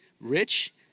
rich